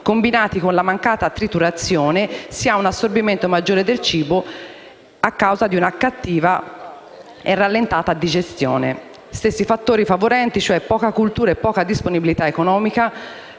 combinati con la mancata triturazione, si ha un assorbimento maggiore del cibo a causa di una cattiva e rallentata digestione. Gli stessi fattori favorenti - cioè poca cultura e poca disponibilità economica